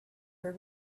were